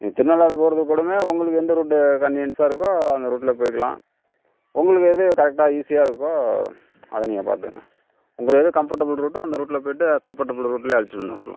நீங்க திருநள்ளாறு போகிறதுகூட உங்களுக்கு எந்த ரூட்டு கன்வினியன்ஸாக இருக்கோ அந்த ரூட்டில் போயிக்கலாம் உங்களுக்கு எது கரெக்டாக ஈஸியாக இருக்கோ அதை நீங்கள் பாத்துக்கோங்க உங்களுக்கு எது கம்ஃபர்டபுள் ரூட்டோ அந்த ரூட்டில் போய்ட்டு கம்ஃபர்டபுள் ரூட்டில் அழைச்சிட்டு வந்து விட்ருங்க